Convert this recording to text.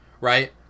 right